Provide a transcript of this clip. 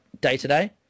day-to-day